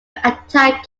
attack